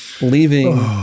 leaving